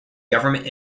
government